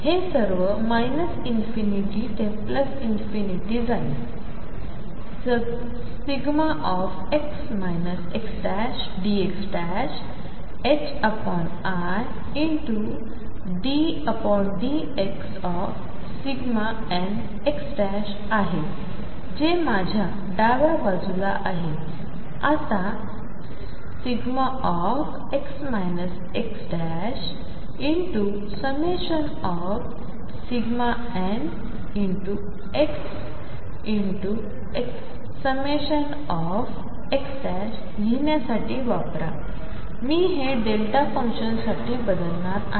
हे सर्व ∞ ते ∞ x xdxidnxdx आहे जे माझ्या डाव्या बाजूला आहे आणि आता δx x ∑nxnx लिहिण्यासाठी वापरा मी हे डेल्टा फंक्शनसाठी बदलणार आहे